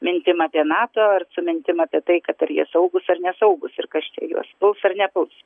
mintim apie nato ar su mintim apie tai kad ar jie saugūs ar nesaugūs ir kas čia juos puls ar nepuls